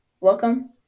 Welcome